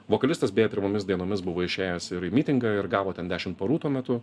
vokalistas beje pirmomis dienomis buvo išėjęs ir į mitingą ir gavo ten dešimt parų tuo metu